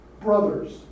Brothers